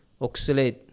oxalate